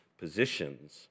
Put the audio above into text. positions